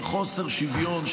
של חוסר שוויון,